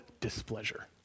displeasure